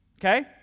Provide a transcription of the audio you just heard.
okay